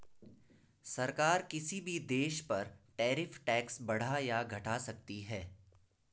सरकार किसी भी देश पर टैरिफ टैक्स बढ़ा या घटा सकती है